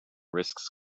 risks